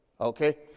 Okay